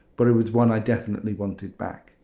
but it was one i definitely wanted back.